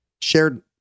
shared